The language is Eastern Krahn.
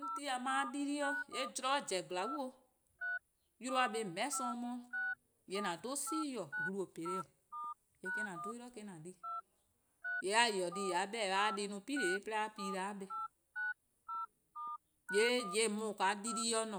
Een ti :a 'ble-dih-a dii-deh+, :mor zorn zen zorn bo 'de 'yluh-a buh+ :meheh''sorn 'di, :yee' :an 'dhu 'si-: glu peleh-:, :yee' me-: 'an 'dhu 'yli :a di, :yee' :mor a ta-ih di :yee' a 'beh-dih: a 'ye dih 'i 'plu-dih 'de a 'ye 'o pi 'da 'kpa, :yee' :yeh :daa :naa dii-deh+ se :ne,